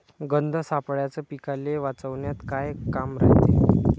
गंध सापळ्याचं पीकाले वाचवन्यात का काम रायते?